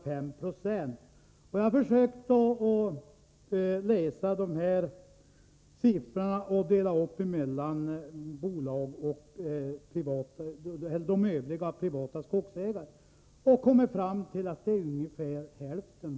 När jag läst dessa siffror har jag försökt göra en uppdelning mellan bolag och övriga privata skogsägare och kommit fram till att de senare får ungefär hälften.